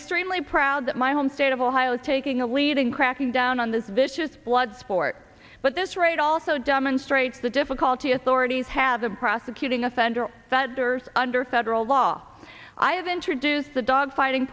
extremely proud that my home state of ohio is taking a lead in cracking down on this vicious blood sport but this raid also demonstrates the difficulty authorities have of prosecuting offender vedder's under federal law i have introduced the dogfighting